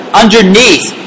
underneath